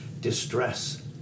distress